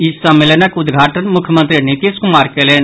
ई सम्मेलनक उद्घाटन मुख्यमंत्री नीतीश कुमार कयलनि